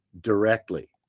directly